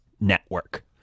Network